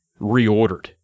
reordered